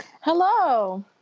Hello